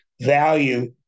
value